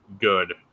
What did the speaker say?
good